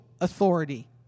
authority